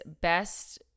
best